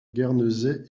guernesey